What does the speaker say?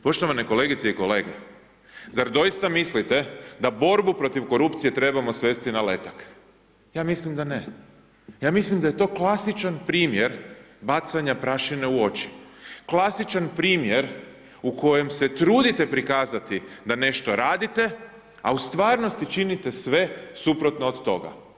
Poštovane kolegice i kolege, zar doista mislite da borbu protiv korupcije trebamo svesti na letak, ja mislim da ne, ja mislim da je to klasičan primjer bacanja prašine u oči, klasičan primjer u kojem se trudite prikazati da nešto radite, a u stvarnosti činite sve suprotno od toga.